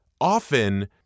often